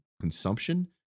consumption